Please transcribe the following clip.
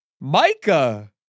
Micah